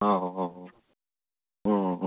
હા હા હા